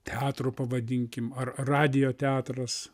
teatru pavadinkim ar radijo teatras